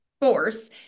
force